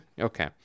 Okay